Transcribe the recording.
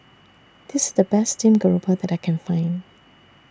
This IS The Best Steamed Garoupa that I Can Find